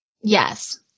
Yes